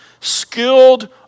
Skilled